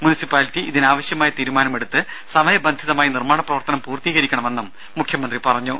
municipality ഇതിനാവശ്യമായ തീരുമാനമെടുത്ത് സമയബന്ധിതമായി നിർമ്മാണ പ്രവർത്തനം പൂർത്തീകരിക്കണമെന്നും മുഖ്യമന്ത്രി പറഞ്ഞു